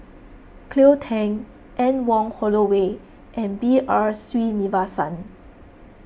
Cleo Thang Anne Wong Holloway and B R Sreenivasan